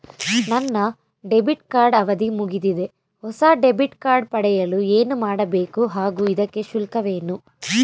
ನನ್ನ debit card ಅವಧಿ ಮುಗಿದಿದೆ ಹೊಸ ಡೆಬಿಟ್ ಕಾರ್ಡ್ ಪಡೆಯಲು ಏನು ಮಾಡಬೇಕು ಹಾಗೂ ಇದಕ್ಕೆ ಶುಲ್ಕವೇನು?